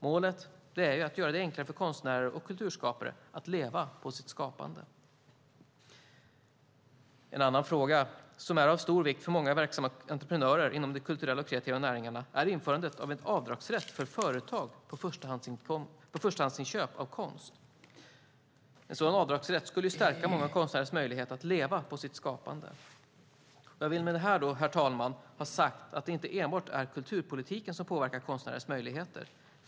Målet är att göra det enklare för konstnärer och kulturskapare att leva på sitt skapande. En annan fråga som är av stor vikt för många verksamma entreprenörer inom de kulturella och kreativa näringarna är införandet av en avdragsrätt för företag på förstahandsinköp av konst. En sådan avdragsrätt skulle stärka många konstnärers möjlighet att leva på sitt skapande. Jag vill med det här, herr talman, ha sagt att det inte enbart är kulturpolitiken som påverkar konstnärers möjligheter.